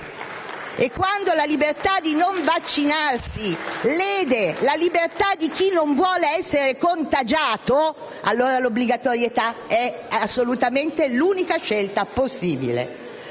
Quando la libertà di non vaccinarsi lede quella di chi non vuole essere contagiato, allora l'obbligatorietà è assolutamente l'unica scelta possibile.